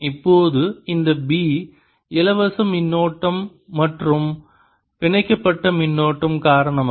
இப்போது இந்த B இலவச மின்னோட்டம் மற்றும் பிணைக்கப்பட்ட மின்னோட்டம் காரணமாக